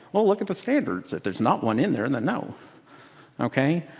well, look at the standards. if there's not one in there, and then no. ok?